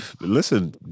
Listen